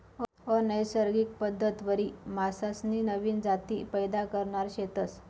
अनैसर्गिक पद्धतवरी मासासनी नवीन जाती पैदा करणार शेतस